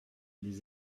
les